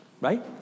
right